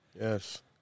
Yes